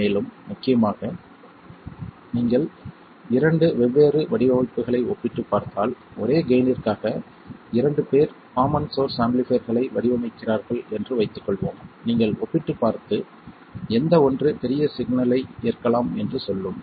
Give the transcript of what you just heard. மேலும் முக்கியமாக நீங்கள் இரண்டு வெவ்வேறு வடிவமைப்புகளை ஒப்பிட்டுப் பார்த்தால் ஒரே கெய்ன்னிற்காக இரண்டு பேர் காமன் சோர்ஸ்ப் ஆம்பிளிஃபைர்களை வடிவமைக்கிறார்கள் என்று வைத்துக் கொள்வோம் நீங்கள் ஒப்பிட்டுப் பார்த்து எந்த ஒன்று பெரிய சிக்னலை ஏற்கலாம் என்று சொல்லலாம்